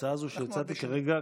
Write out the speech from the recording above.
ההצעה הזו שהצעתי כרגע,